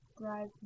drive